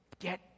get